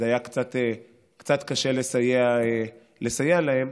היה קצת קשה לסייע להם,